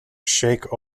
sheikh